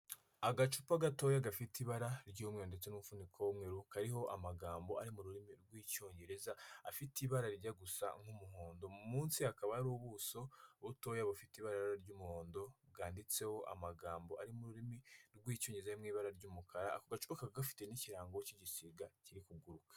Agacupa gatoya gafite ibara ry'umweru ndetse n'ufuniko w'umweru kariho amagambo ari mu rurimi rw'Icyongereza, afite ibara rijya gusa nk'umuhondo, munsi hakaba ari ubuso butoya bufite ibara ry'umuhondo bwanditseho amagambo ari mu rurimi rw'Icyongereza mu ibara ry'umukara gafite n'ikirango cy'igisiga kiri kuguruka.